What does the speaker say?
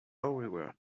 however